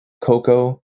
Coco